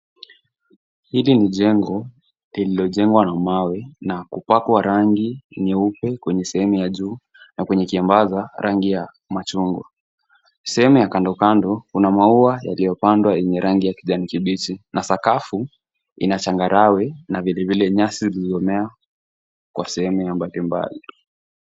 Hili ni jengo lililojengwa na mawe na kupakwa rangi nyeupe kwenye sehemu ya juu na kwenye kiambaza rangi ya machungwa. Sehemu ya kando kando, kuna maua yaliyopandwa yenye rangi ya kijani kibichi na sakafu ina changarawe na vile vile nyasi zilizomea kwa sehemu ya mbali mbali.